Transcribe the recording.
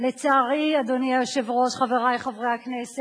לצערי, אדוני היושב-ראש, חברי חברי הכנסת,